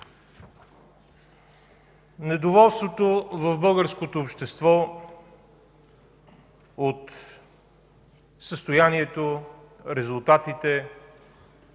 Недоволството в българското общество от състоянието, резултатите,